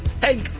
Hey